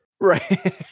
Right